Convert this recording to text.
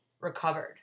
recovered